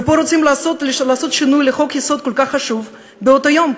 ופה רוצים לעשות שינוי בחוק-יסוד כל כך חשוב באותו יום.